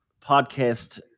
podcast